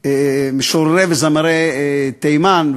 משוררי וזמרי תימן,